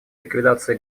ликвидации